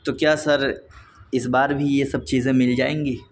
تو کیا سر اس بار بھی یہ سب چیزیں مل جائیں گی